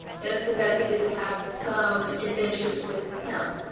dennis and betsy get to have some adventures with him.